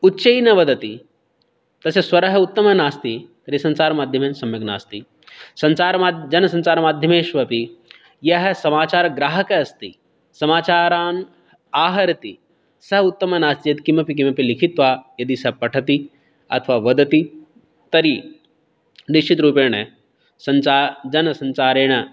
उच्चैः न वदति तस्य स्वरः उत्तमः नास्ति तर्हि सञ्चारमाध्यमेन सम्यक् नास्ति सञ्चारमा जनसञ्चारमाध्यमेषु अपि यः समाचारग्राहकः अस्ति समाचारान् आहरति सः उत्तमः नास्ति यदि किमपि किमपि लिखित्वा यदि सः पठति अथवा वदति तर्हि निश्चितरूपेण सञ्चा जनसञ्चारेण